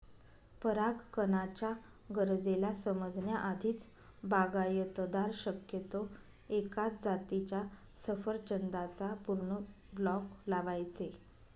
परागकणाच्या गरजेला समजण्या आधीच, बागायतदार शक्यतो एकाच जातीच्या सफरचंदाचा पूर्ण ब्लॉक लावायचे